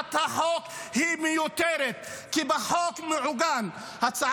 הצעת החוק היא מיותרת, כי מעוגן כבר בחוק.